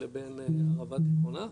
לבין ערבה תיכונה,